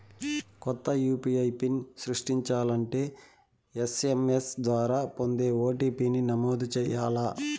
కొత్త UPI PIN సృష్టించాలంటే SMS ద్వారా పొందే ఓ.టి.పి.ని నమోదు చేయాల్ల